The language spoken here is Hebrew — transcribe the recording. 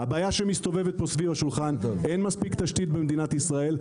הבעיה שמסתובבת פה סביב השולחן - אין מספיק תשתית במדינת ישראל.